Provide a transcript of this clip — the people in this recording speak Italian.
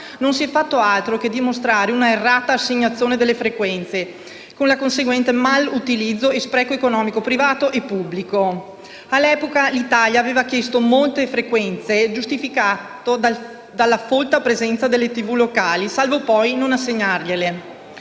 Non si è fatto altro che dimostrare un'errata assegnazione delle frequenze, con conseguenti mal utilizzazione e spreco economico privato e pubblico. All'epoca l'Italia aveva chiesto molte frequenze, giustificate dalla folta presenze delle tv locali, salvo poi non assegnargliele.